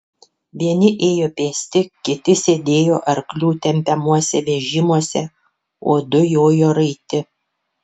vieni ėjo pėsti kiti sėdėjo arklių tempiamuose vežimuose o du jojo raiti